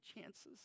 chances